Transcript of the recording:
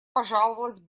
пожаловалась